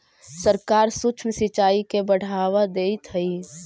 सरकार सूक्ष्म सिंचाई के बढ़ावा देइत हइ